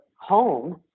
home